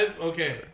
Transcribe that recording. okay